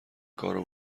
کارو